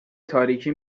تاریکی